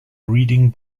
reading